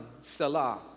Salah